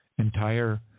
entire